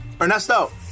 Ernesto